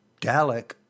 Dalek